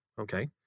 Okay